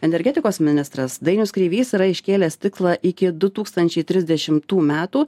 energetikos ministras dainius kreivys yra iškėlęs tikslą iki du tūkstančiai trisdešimtų metų